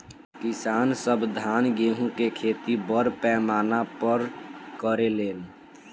किसान सब धान गेहूं के खेती बड़ पैमाना पर करे लेन